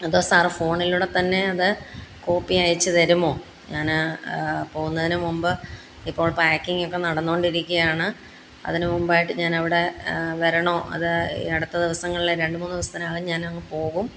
അതോ സാറ് ഫോണിലൂടെ തന്നെ അത് കോപ്പി അയച്ച് തരുമോ ഞാൻ പോകുന്നതിനു മുമ്പ് ഇപ്പോൾ പാക്കിങ്ങൊക്കെ നടന്നോണ്ടിരിക്കയാണ് അതിനുമുമ്പായിട്ട് ഞാനവിടെ വരണമോ അത് ഈ അടുത്ത ദിവസങ്ങളിൽ രണ്ട് മൂന്ന് ദിവസത്തിനകം ഞാനങ്ങ് പോകും